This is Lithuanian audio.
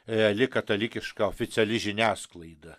reali katalikiška oficiali žiniasklaida